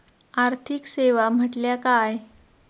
आर्थिक सेवा म्हटल्या काय?